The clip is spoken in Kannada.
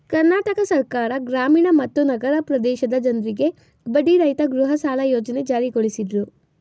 ಕರ್ನಾಟಕ ಸರ್ಕಾರ ಗ್ರಾಮೀಣ ಮತ್ತು ನಗರ ಪ್ರದೇಶದ ಜನ್ರಿಗೆ ಬಡ್ಡಿರಹಿತ ಗೃಹಸಾಲ ಯೋಜ್ನೆ ಜಾರಿಗೊಳಿಸಿದ್ರು